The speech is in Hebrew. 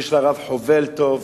יש לה רב-חובל טוב,